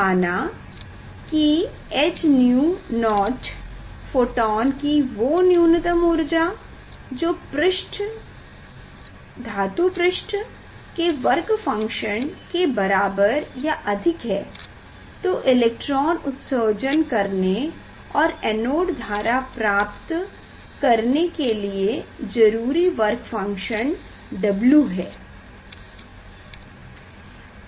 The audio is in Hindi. माना कि h𝛎0 फोटोन की वो न्यूनतम ऊर्जा जो धातु पृष्ठ के वर्क फंक्शन के बराबर या अधिक है तो इलेक्ट्रॉन उत्सर्जित करने और एनोड धारा प्राप्त करने के लिए जरूरी वर्क फंक्शन W है